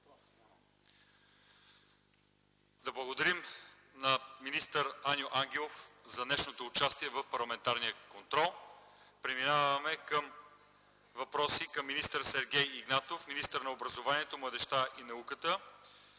Да благодарим на министър Аню Ангелов за днешното участие в парламентарния контрол. Преминаваме към въпроси към Сергей Игнатов – министър на образованието, младежта и науката.